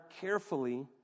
carefully